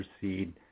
proceed